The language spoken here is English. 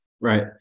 Right